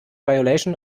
violation